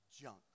junk